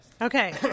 Okay